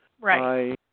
Right